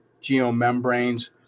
geomembranes